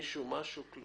מישהו הגיש תלונה?